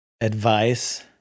advice